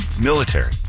Military